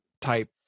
type